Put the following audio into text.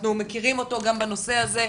אנחנו מכירים אותו גם בנושא הזה.